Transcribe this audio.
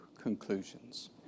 conclusions